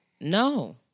no